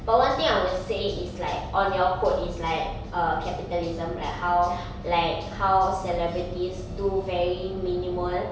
but one thing I'd say is like on your quote is like err capitalism like how like how celebrities do very minimal